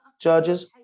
charges